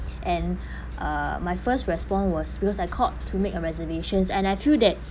and uh my first response was because I called to make a reservations and I feel that